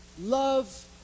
Love